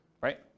right